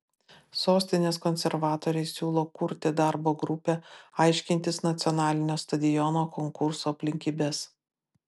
sostinės konservatoriai siūlo kurti darbo grupę aiškintis nacionalinio stadiono konkurso aplinkybes